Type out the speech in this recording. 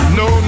no